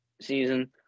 season